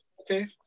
okay